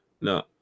no